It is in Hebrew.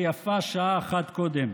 ויפה שעה אחת קודם,